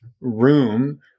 room